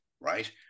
right